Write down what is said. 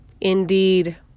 Indeed